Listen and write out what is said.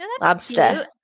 Lobster